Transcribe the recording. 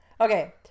Okay